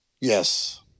Yes